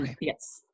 Yes